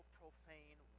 profane